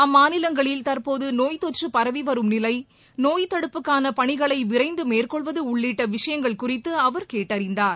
அம்மாநிலங்களில் தற்போதுநோய் தொற்றபரவிவரும் நிலை நோய் தடுப்புக்கானபணிகளைவிரைந்தமேற்கொள்வதுஉள்ளிட்டவிஷயங்கள் குறித்துஅவர் கேட்டறிந்தார்